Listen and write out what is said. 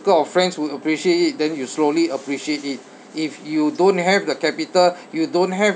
~cle of friends would appreciate it then you slowly appreciate it if you don't have the capital you don't have